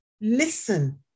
listen